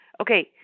Okay